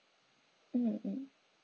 mm mm